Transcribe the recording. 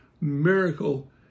miracle